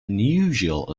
unusual